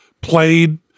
played